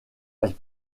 elle